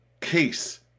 case